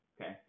Okay